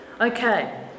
Okay